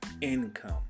income